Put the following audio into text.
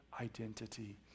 identity